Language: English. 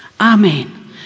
Amen